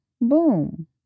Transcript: boom